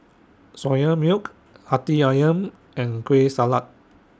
Soya Milk Hati Ayam and Kueh Salat